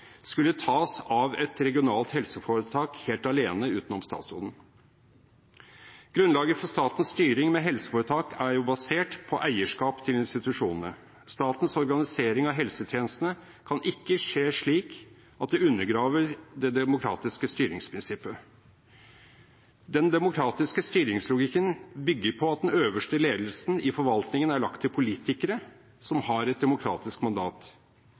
skulle tas av et regionalt helseforetak helt alene utenom statsråden. Grunnlaget for statens styring med helseforetak er jo basert på eierskap til institusjonene. Statens organisering av helsetjenestene kan ikke skje slik at det undergraver det demokratiske styringsprinsippet. Den demokratiske styringslogikken bygger på at den øverste ledelsen i forvaltningen er lagt til politikere, som har et demokratisk mandat.